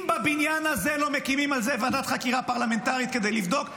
אם בבניין הזה לא מקימים על זה ועדת חקירה פרלמנטרית כדי לבדוק,